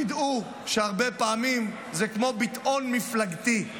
תדעו שהרבה פעמים זה כמו ביטאון מפלגתי.